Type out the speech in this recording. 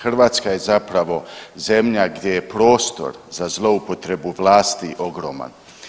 Hrvatska je zapravo zemlja gdje je prostor za zloupotrebu vlasti ogroman.